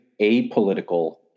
apolitical